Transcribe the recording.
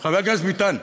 חבר הכנסת ביטן,